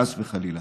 חס וחלילה.